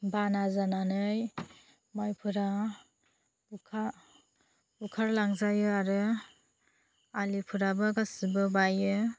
बाना जानानै मायफोरा बुखा बुखारलांजायो आरो आलिफ्राबो गासैबो बायो